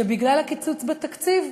שבגלל הקיצוץ בתקציב,